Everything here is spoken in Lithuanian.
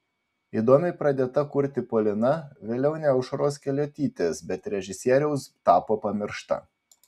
įdomiai pradėta kurti polina vėliau ne aušros keliuotytės bet režisieriaus tapo pamiršta